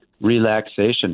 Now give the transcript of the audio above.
relaxation